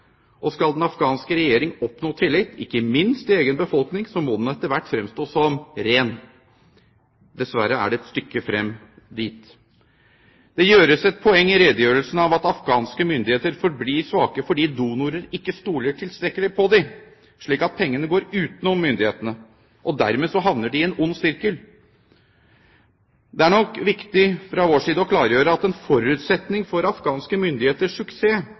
Skal den afghanske regjering oppnå tillit, ikke minst i egen befolkning, må den etter hvert fremstå som ren. Dessverre er det et stykke frem dit. Det gjøres et poeng i redegjørelsen av at afghanske myndigheter forblir svake fordi donorer ikke stoler tilstrekkelig på dem, slik at pengene går utenom myndighetene. Dermed havner de i en ond sirkel. Det er nok viktig fra vår side å klargjøre at en forutsetning for afghanske myndigheters suksess